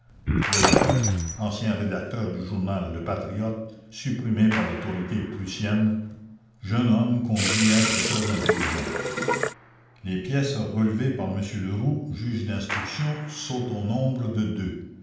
delaporte ancien rédacteur du journal le patriote supprimé par l'autorité prussienne jeune homme qu'on dit être très intelligent les pièces relevées par m leroux juge d'instruction sont au nombre de deux